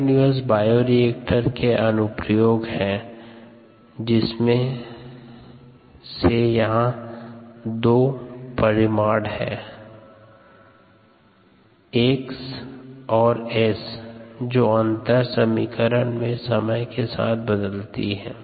continuous bioreactor के अनुप्रयोग है जिनमे से यहाँ दो परिमाण हैं x और s जो अंतर समीकरण में समय के साथ बदलती हैं